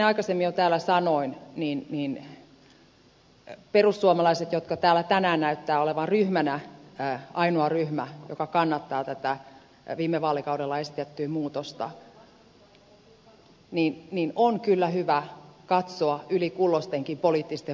kuten jo aikaisemmin täällä sanoin niin perussuomalaisten jotka täällä tänään näyttävät olevan ryhmänä ainoa ryhmä joka kannattaa tätä viime vaalikaudella esitettyä muutosta on kyllä hyvä katsoa yli kulloistenkin poliittisten voimasuhteitten